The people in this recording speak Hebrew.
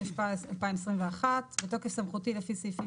התשפ"א 2021. בתוקף סמכותי לפי סעיפים